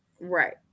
Right